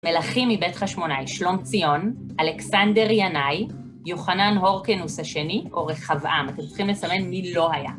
מלכים מבית חשמונאי: שלום ציון, אלכסנדר ינאי, יוחנן הורקנוס השני, או רחבעם. אתם צריכים לסמן מי לא היה.